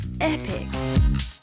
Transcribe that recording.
Epic